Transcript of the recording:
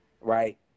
right